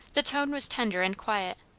the tone was tender and quiet,